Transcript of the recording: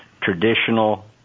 traditional